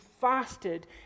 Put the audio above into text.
fasted